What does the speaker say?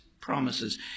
promises